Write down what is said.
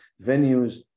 venues